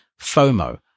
FOMO